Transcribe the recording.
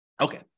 okay